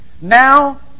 Now